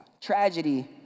tragedy